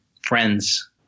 friends